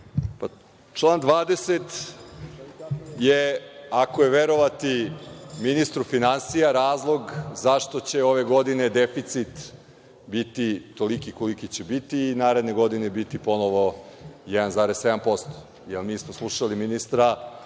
Hvala. Član 20. je, ako je verovati ministru finansija, razlog zašto će ove godine deficit biti toliki koliki će biti i naredne godine biti ponovo 1,7%, jer mi smo slušali ministra,